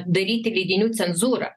daryti leidinių cenzūrą